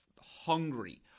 hungry